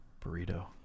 burrito